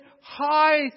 high